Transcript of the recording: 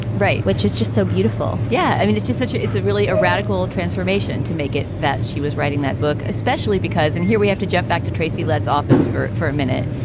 right. which is just so beautiful. yeah i mean, it's just such ah it's really a radical transformation to make it that she was writing that book, especially because and here we have to jump back to tracy letts office for for a minute,